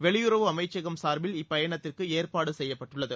வெளியுறவு அமைச்சகம் சார்பில் இப்பயணத்திற்குஏற்பாடுசெய்யப்பட்டுள்ளது